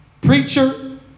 preacher